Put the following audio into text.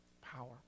power